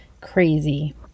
crazy